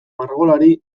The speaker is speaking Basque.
margolari